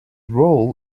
role